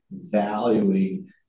valuing